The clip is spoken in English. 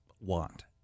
want